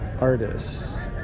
artists